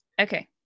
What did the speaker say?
Okay